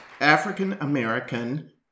African-American